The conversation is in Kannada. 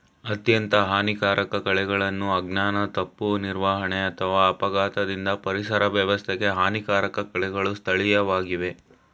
ಅತ್ಯಂತ ಹಾನಿಕಾರಕ ಕಳೆಗಳನ್ನು ಅಜ್ಞಾನ ತಪ್ಪು ನಿರ್ವಹಣೆ ಅಥವಾ ಅಪಘಾತದಿಂದ ಪರಿಸರ ವ್ಯವಸ್ಥೆಗೆ ಹಾನಿಕಾರಕ ಕಳೆಗಳು ಸ್ಥಳೀಯವಾಗಿವೆ